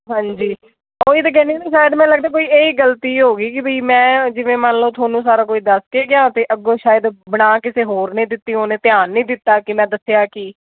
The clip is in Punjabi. ਹਾਂਜੀ ਉਹ ਹੀ ਤਾਂ ਕਹਿੰਦੀ ਹਾਂ ਨਾ ਸ਼ਾਇਦ ਮੈਂ ਲੱਗਦਾ ਕੋਈ ਇਹ ਗਲਤੀ ਹੋ ਗਈ ਕਿ ਵੀ ਮੈਂ ਜਿਵੇਂ ਮੰਨ ਲਓ ਤੁਹਾਨੂੰ ਸਾਰਾ ਕੁਝ ਦੱਸ ਕੇ ਗਿਆ ਅਤੇ ਅੱਗੋਂ ਸ਼ਾਇਦ ਬਣਾ ਕਿਸੇ ਹੋਰ ਨੇ ਦਿੱਤੀ ਉਹਨੇ ਧਿਆਨ ਨਹੀਂ ਦਿੱਤਾ ਕਿ ਮੈਂ ਦੱਸਿਆ ਕਿ